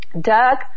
Doug